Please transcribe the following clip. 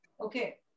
Okay